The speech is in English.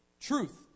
truth